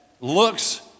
looks